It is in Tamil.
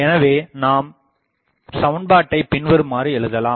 எனவே நாம் சமன்பாட்டை பின்வருமாறு எழுதலாம்